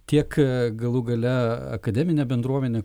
tiek galų gale akademinę bendruomenę